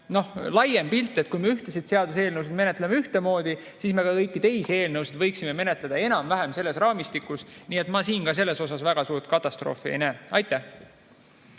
laiem [põhimõte], et kui me ühtesid seaduseelnõusid menetleme ühtemoodi, siis me ka kõiki teisi eelnõusid võiksime menetleda enam-vähem selles raamistikus. Nii et ma siin ka selles osas väga suurt katastroofi ei näe. Oleme